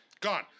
Gone